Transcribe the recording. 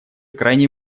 крайне